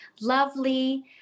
lovely